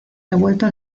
devuelto